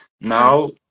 Now